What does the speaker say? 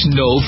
no